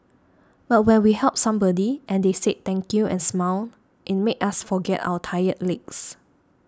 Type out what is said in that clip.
but when we helped somebody and they said thank you and smiled it made us forget our tired legs